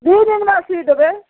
दुइ दिनमे सी देबै